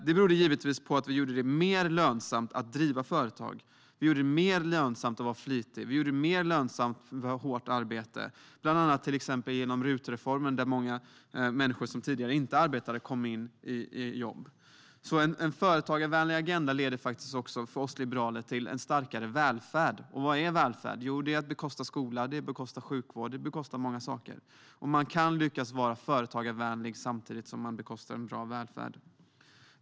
Det berodde givetvis på att vi gjorde det mer lönsamt att driva företag, att vara flitig och att arbeta hårt, bland annat genom RUT-reformen som gjorde att många människor som tidigare inte hade arbetat kom in i jobb. En företagarvänlig agenda leder faktiskt, enligt oss liberaler, till en starkare välfärd. Vad är välfärd? Jo, det är att bekosta skolor, bekosta sjukvård och att bekosta många andra saker. Man kan lyckas med att vara företagarvänlig samtidigt som man bekostar en bra välfärd.